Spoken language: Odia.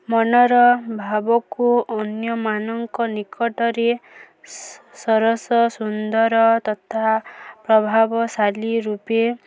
ମନର ଭାବକୁ ଅନ୍ୟମାନଙ୍କ ନିକଟରେ ସରସ ସୁନ୍ଦର ତଥା ପ୍ରଭାବଶାଲି ରୂପେ